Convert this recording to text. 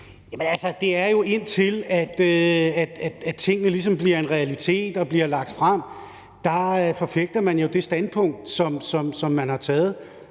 Jamen altså, indtil tingene ligesom bliver en realitet og bliver lagt frem, er man jo forpligtet af det standpunkt, man har taget.